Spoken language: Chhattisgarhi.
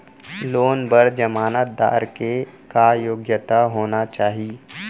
लोन बर जमानतदार के का योग्यता होना चाही?